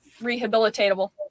rehabilitatable